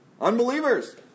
unbelievers